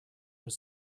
were